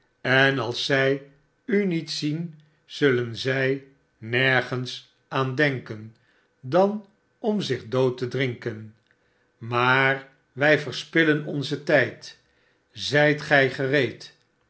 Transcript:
en als zij u niet zien zullen zij nergens aan denken dan om zich dood te drinken maar wij verspillen onzen tijd zijt gij gereed